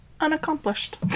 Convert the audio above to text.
unaccomplished